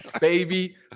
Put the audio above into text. baby